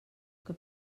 que